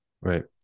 Right